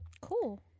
cool